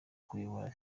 kuyobora